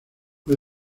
fue